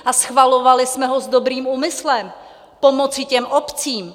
A schvalovali jsme ho s dobrým úmyslem pomoci těm obcím.